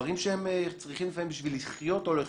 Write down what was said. ובדברים שהם צריכים לפעמים בשביל לחיות.